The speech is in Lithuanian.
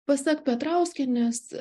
pasak petrauskienės